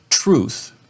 truth